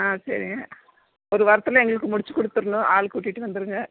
ஆ சரிங்க ஒரு வாரத்தில் எங்களுக்கு முடித்து கொடுத்துர்ணும் ஆள் கூட்டிகிட்டு வந்துருங்க